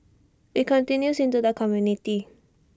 IT continues into the community